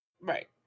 Right